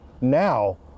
now